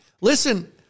Listen